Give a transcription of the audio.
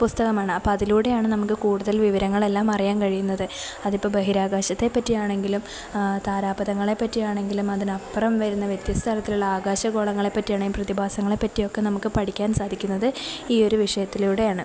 പുസ്തകമാണ് അപ്പോള് അതിലൂടെയാണു നമുക്കു കൂടുതൽ വിവരങ്ങളെല്ലാം അറിയാൻ കഴിയുന്നത് അതിപ്പോള് ബഹിരാകാശത്തെപ്പറ്റിയാണെങ്കിലും താരാപഥങ്ങളെ പറ്റിയാണെങ്കിലും അതിനപ്പറം വരുന്ന വ്യത്യസ്ത തലത്തിലുള്ള ആകാശ ഗോളങ്ങളെ പറ്റിയാണെങ്കിലും പ്രതിഭാസങ്ങളെപ്പറ്റിയൊക്കെ നമുക്ക് പഠിക്കാൻ സാധിക്കുന്നത് ഈയൊരു വിഷയത്തിലൂടെയാണ്